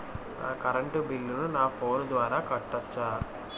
నా కరెంటు బిల్లును నా ఫోను ద్వారా కట్టొచ్చా?